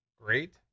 great